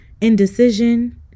indecision